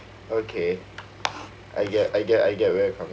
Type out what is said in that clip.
okay I get I get I get where you coming